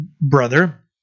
brother